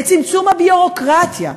את צמצמום הביורוקרטיה,